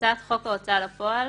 "הצעת חוק ההוצאה לפועל